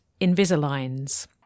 Invisaligns